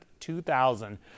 2000